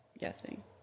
Guessing